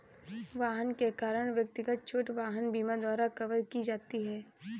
वाहन के कारण व्यक्तिगत चोट वाहन बीमा द्वारा कवर की जाती है